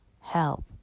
help